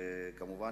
וכמובן,